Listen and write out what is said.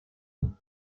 von